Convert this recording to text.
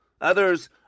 Others